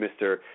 Mr